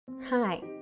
hi